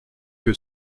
que